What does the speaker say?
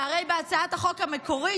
שהרי בהצעת החוק המקורית,